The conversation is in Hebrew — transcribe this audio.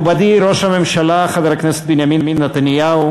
מכובדי ראש הממשלה חבר הכנסת בנימין נתניהו,